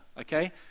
okay